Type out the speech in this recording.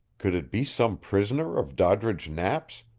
could it be some prisoner of doddridge knapp's,